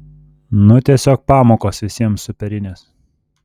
nu tiesiog pamokos visiems superinės